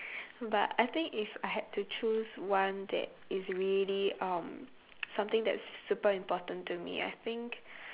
but I think if I had to choose one that is really um something that is super important to me I think